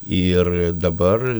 ir dabar